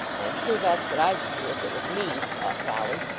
i am sure that's what i should do if it was me thought dolly.